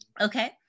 Okay